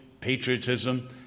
patriotism